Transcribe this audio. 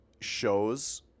shows